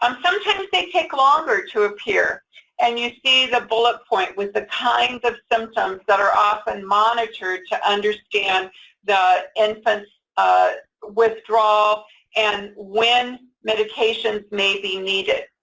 um sometimes they take longer to appear and you see the bullet point with the kinds of symptoms that are often monitored to understand the infant's ah withdrawal and when medications may be needed.